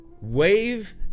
wave